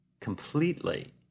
completely